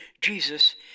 Jesus